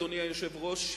אדוני היושב-ראש,